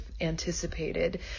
anticipated